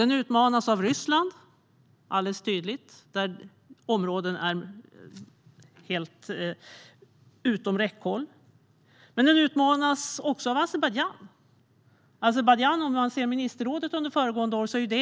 Den utmanas alldeles tydligt av Ryssland, där vissa områden är helt utom räckhåll. Den utmanas också av Azerbajdzjan. Azerbajdzjan var en fråga i ministerrådet under föregående år.